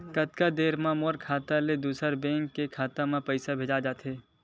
कतका देर मा मोर खाता से दूसरा बैंक के खाता मा पईसा भेजा जाथे?